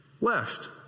left